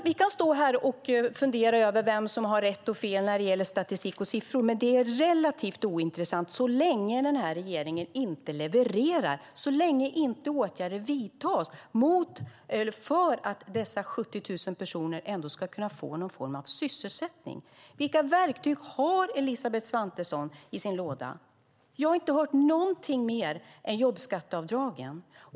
Vi kan fundera över vem som har rätt och fel när det gäller statistik och siffror, men det är relativt ointressant så länge regeringen inte levererar och så länge åtgärder inte vidtas för att dessa 70 000 personer ändå ska kunna få någon form av sysselsättning. Vilka verktyg har Elisabeth Svantesson i sin låda? Jag har inte hört om något mer än jobbskatteavdragen.